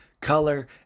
color